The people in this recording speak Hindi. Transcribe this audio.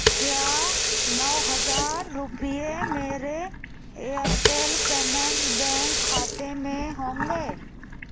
क्या नौ हज़ार रूपये मेरे एयरटेल पेमेंट्स बैंक खाते में होंगे